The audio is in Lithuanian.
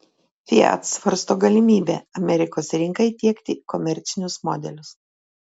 fiat svarsto galimybę amerikos rinkai tiekti komercinius modelius